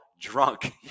drunk